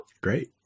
Great